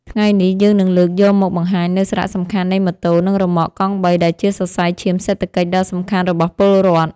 ថ្ងៃនេះយើងនឹងលើកយកមកបង្ហាញនូវសារៈសំខាន់នៃម៉ូតូនិងរ៉ឺម៉កកង់បីដែលជាសរសៃឈាមសេដ្ឋកិច្ចដ៏សំខាន់របស់ពលរដ្ឋ។